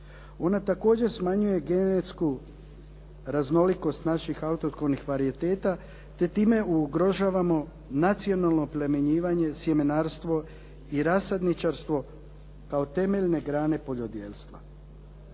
Ona također smanjuje genetsku raznolikost naših autohtonih varijateta, te time ugrožavamo nacionalno oplemenjivanje, sjemenarstvo i rasadničarstvo kao temeljne grane poljodjelstva.